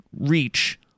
reach